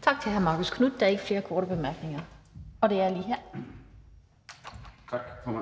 Tak til hr. Marcus Knuth. Der er ikke flere korte bemærkninger. Og den næste, vi skal